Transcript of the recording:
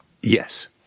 Yes